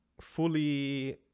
fully